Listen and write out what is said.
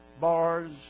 bars